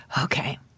Okay